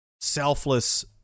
selfless